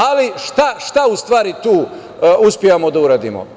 Ali, šta u stvari tu uspevamo da uradimo?